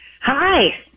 Hi